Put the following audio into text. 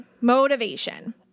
motivation